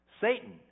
Satan